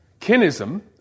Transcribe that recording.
kinism